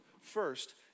first